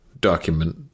document